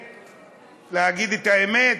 להגיד את האמת,